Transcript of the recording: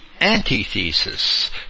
antithesis